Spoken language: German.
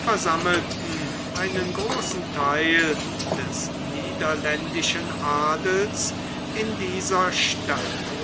versammelten einen großen theil des niederländischen adels in dieser stadt